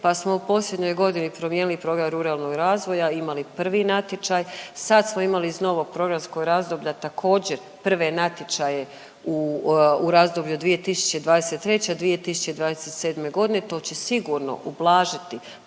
pa smo u posljednjoj godini promijenili Program ruralnog razvoja, imali prvi natječaj, sad smo imali iz novog programskog razdoblja također prve natječaje u razdoblju 2023.-2027.g., to će sigurno ublažiti